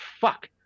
Fuck